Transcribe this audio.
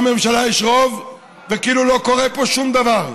לממשלה יש רוב, וכאילו לא קורה פה שום דבר.